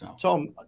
Tom